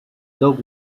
dog